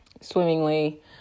swimmingly